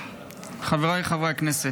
חבריי חברי הכנסת,